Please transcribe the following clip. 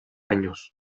años